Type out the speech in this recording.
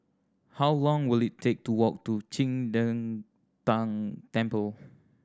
how long will it take to walk to Qing De Tang Temple